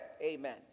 Amen